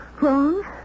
Wrong